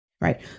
Right